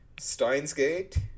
Steinsgate